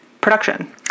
production